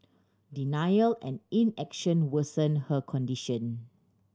denial and inaction worsen her condition